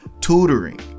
tutoring